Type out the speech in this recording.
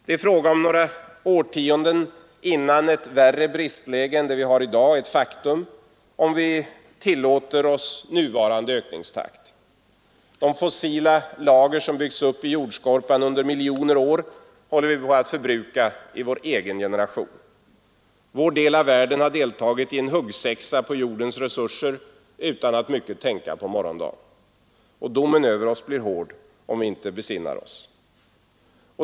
Det är fråga om några årtionden innan ett värre bristläge än det vi har i dag är ett faktum, om vi tillåter oss nuvarande ökningstakt. De fossila lager som byggts upp i jordskorpan under miljoner år håller vi på att förbruka i vår generation. Vår del av världen har deltagit i en huggsexa på jordens resurser utan att mycket tänka på morgondagen. Domen över oss blir hård, om vi inte besinnar oss.